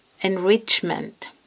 enrichment